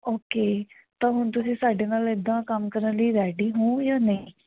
okay ਤਾਂ ਹੁਣ ਤੁਸੀਂ ਸਾਡੇ ਨਾਲ ਇੱਦਾਂ ਕੰਮ ਕਰਨ ਲਈ ਰੈਡੀ ਹੋ ਜਾਂ ਨਹੀਂ